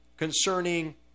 concerning